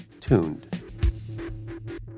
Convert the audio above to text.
tuned